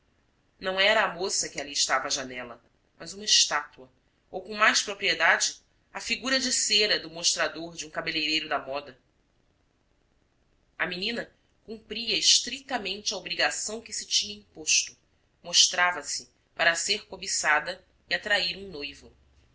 não era a moça que ali estava à janela mas uma estátua ou com mais propriedade a figura de cera do mostrador de um cabeleireiro da moda a menina cumpria estritamente a obrigação que se tinha imposto mostrava-se para ser cobiçada e atrair um noivo